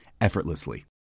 effortlessly